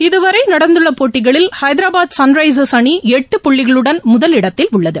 இதுவரை நடந்துள்ள போட்டிகளில் ஐதராபாத் சன்ரைசர்ஸ் அணி எட்டு புள்ளிகளுடன் முதலிடத்தில் உள்ளது